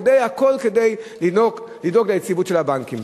הכול כדי לדאוג ליציבות של הבנקים.